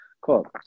Cool